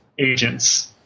agents